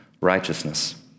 righteousness